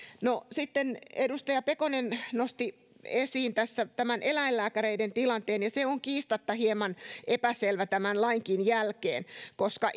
no sitten edustaja pekonen nosti esiin tässä eläinlääkäreiden tilanteen ja se on kiistatta hieman epäselvä tämän lainkin jälkeen koska